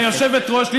היושבת-ראש,